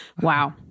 Wow